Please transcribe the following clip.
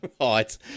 Right